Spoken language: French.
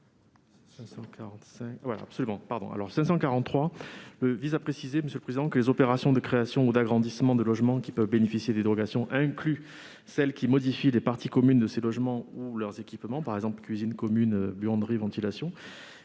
543 rectifié vise à préciser que les opérations de création ou d'agrandissement de logements, qui peuvent bénéficier de dérogations, incluent celles qui modifient les parties communes de ces logements ou leurs équipements, comme les cuisines communes, les buanderies ou les ventilations.